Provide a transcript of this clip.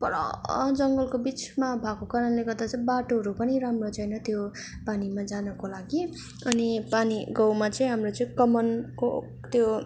पर जङ्गलको बिचमा भएको कारणले गर्दा चाहिँ बाटोहरू पनि राम्रो छैन त्यो पानीमा जानुको लागि अनि पानी गाउँमा चाहिँ हाम्रो चाहिँ कमानको त्यो